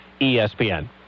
ESPN